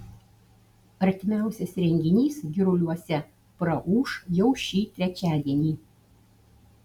artimiausias renginys giruliuose praūš jau šį trečiadienį